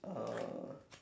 uh